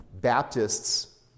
Baptists